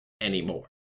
anymore